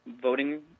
voting